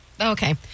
Okay